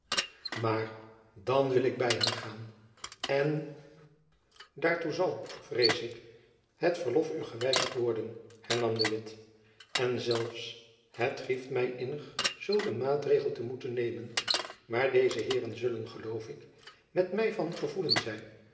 maar dan wil ik by hem gaan en daartoe zal vrees ik het verlof u geweigerd worden hernam de witt en zelfs het grieft my innig zulk een maatregel te moeten nemen maar deze heeren zullen geloof ik met my van gevoelen zijn